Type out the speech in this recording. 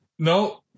No